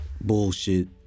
Bullshit